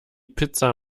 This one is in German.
pizza